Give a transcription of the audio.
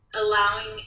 allowing